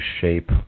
shape